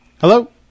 Hello